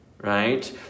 Right